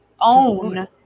own